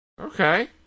Okay